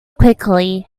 quickly